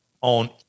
on